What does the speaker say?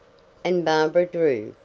and barbara drew,